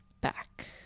back